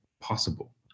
possible